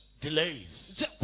Delays